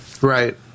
right